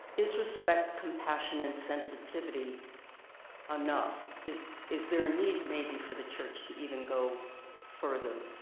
is respect, compassion and sensitivity enough? is is there a need maybe for the church to even go further?